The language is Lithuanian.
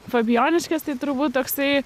fabijoniškės tai turbūt toksai